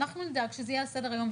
ואנחנו נדאג שזה יהיה על סדר-היום.